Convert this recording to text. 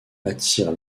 attire